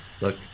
Look